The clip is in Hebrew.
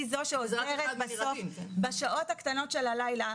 היא זו שעוזרת בסוף בשעות הקטנות של הלילה,